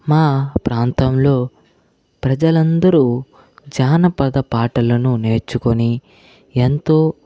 మా ప్రాంతంలో ప్రజలందరూ జానపద పాటలను నేర్చుకొని ఎంతో